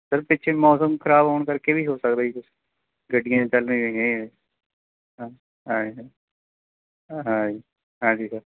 sir ਪਿੱਛੇ ਮੌਸਮ ਖਰਾਬ ਹੋਣ ਕਰਕੇ ਵੀ ਹੋ ਸਕਦਾ ਗੱਡੀਆਂ ਚੱਲ ਨਹੀਂ ਰਹੀਆਂ ਹਾਂ ਹਾਂਜੀ ਹਾਂਜੀ ਸਰ